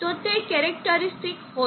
તો તે કેરેકટરીસ્ટીક હોત